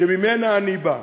שממנה אני בא.